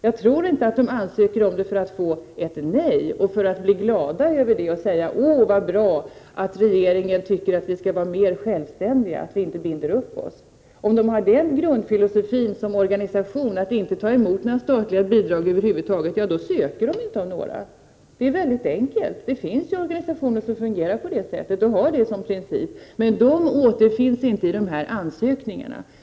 Jag tror inte att de ansöker om medel för att få ett nej och för att sedan bli glada över detta och säga: Vad det är bra att regeringen tycker att vi skall vara mer självständiga och att vi inte skall binda upp oss. Om organisationen har den grundfilosofin att som organisation inte ta emot några statliga bidrag över huvud taget ansöker den inte om några bidrag. Det är mycket enkelt. Det finns organisationer som fungerar på det viset och har detta som en princip, men de återfinns inte bland dem som ansöker.